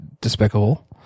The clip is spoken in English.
despicable